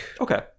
Okay